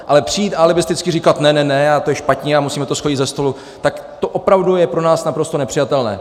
Ale přijít a alibisticky říkat ne, ne, ne, to je špatně, musíme to shodit se stolu tak to opravdu je pro nás naprosto nepřijatelné.